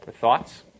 Thoughts